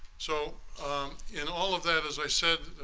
so in all of that, as i said,